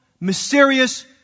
mysterious